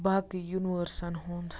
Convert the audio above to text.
باقٕے یُنؤرسَن ہُنٛد